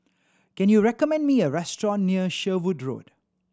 can you recommend me a restaurant near Sherwood Road